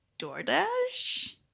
DoorDash